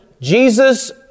Jesus